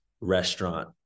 restaurant